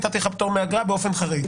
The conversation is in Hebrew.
נתתי לך פטור מאגרה באופן חריג.